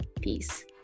Peace